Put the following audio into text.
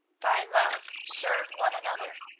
by love serve one another.